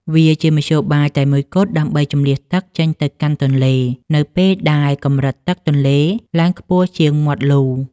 វាជាមធ្យោបាយតែមួយគត់ដើម្បីជម្លៀសទឹកចេញទៅកាន់ទន្លេ នៅពេលដែលកម្រិតទឹកទន្លេឡើងខ្ពស់ជាងមាត់លូ។